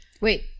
Wait